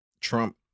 Trump